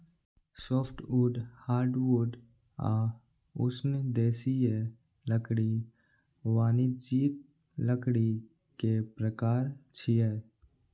softwood, hardwood आ उष्णदेशीय लकड़ी वाणिज्यिक लकड़ी के प्रकार छियै